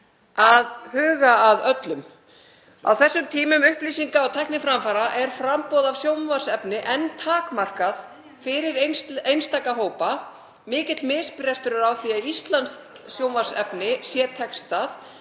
að huga að öllum. Á þessum tímum upplýsinga og tækniframfara er framboð af sjónvarpsefni enn takmarkað fyrir einstaka hópa. Mikill misbrestur er á því að íslenskt sjónvarpsefni sé textað.